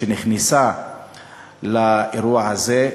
שנכנסה לאירוע הזה,